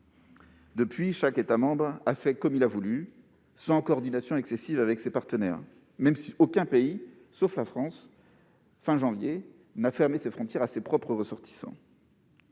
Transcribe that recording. Depuis lors, chaque État membre a fait comme il a voulu, sans coordination excessive avec ses partenaires, même si aucun pays, sauf la France à la fin du mois de janvier, n'a fermé ses frontières à ses propres ressortissants.